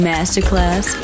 Masterclass